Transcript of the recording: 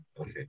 okay